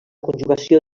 conjugació